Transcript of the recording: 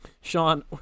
Sean